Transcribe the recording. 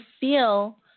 feel